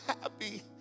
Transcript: happy